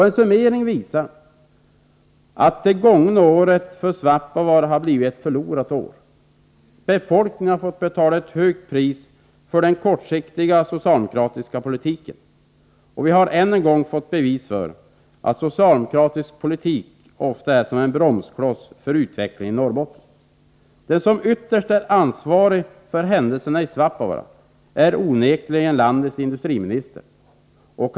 En summering visar att det gångna året har blivit ett förlorat år för Svappavaara. Befolkningen har fått betala ett högt pris för den kortsiktiga socialdemokratiska politiken. Än en gång har vi fått bevis för att socialdemokratisk politik ofta är som en bromskloss för utvecklingen i Norrbotten. Ytterst ansvarig för händelserna i Svappavaara är onekligen landets industriminister.